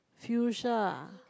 Fuchsia ah